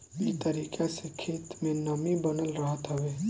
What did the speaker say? इ तरीका से खेत में नमी बनल रहत हवे